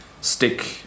stick